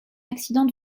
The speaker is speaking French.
accident